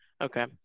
Okay